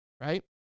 Right